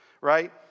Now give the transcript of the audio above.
right